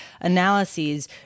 analyses